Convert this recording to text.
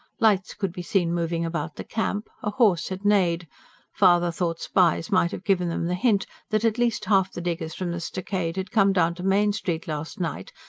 lights could be seen moving about the camp, a horse had neighed father thought spies might have given them the hint that at least half the diggers from the stockade had come down to main street last night,